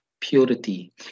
purity